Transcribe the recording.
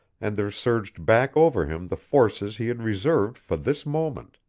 and there surged back over him the forces he had reserved for this moment.